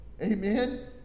Amen